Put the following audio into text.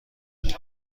کنید